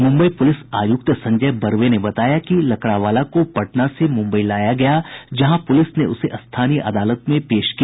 Mumbai police आयुक्त संजय बर्वे ने बताया कि लकड़ावाला को पटना से मुंबई लाया गया जहां पुलिस ने उसे स्थानीय अदालत में पेश किया